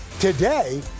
Today